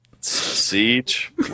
Siege